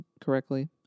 correctly